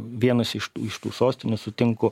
vienas iš tų iš tų sostinių sutinku